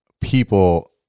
people